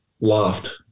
laughed